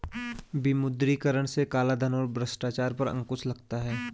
विमुद्रीकरण से कालाधन और भ्रष्टाचार पर अंकुश लगता हैं